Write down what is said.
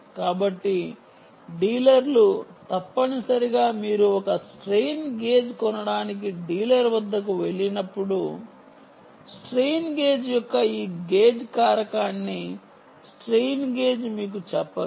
కాబట్టి డీలర్లు తప్పనిసరిగా మీరు ఒక స్ట్రెయిన్ గేజ్ కొనడానికి డీలర్ వద్దకు వెళ్ళినప్పుడు స్ట్రెయిన్ గేజ్ యొక్క ఈ గేజ్ కారకాన్ని స్ట్రెయిన్ గేజ్ మీకు చెప్పరు